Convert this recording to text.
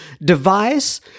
device